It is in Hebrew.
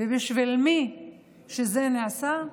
בשביל מי שזה נעשה,